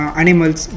animals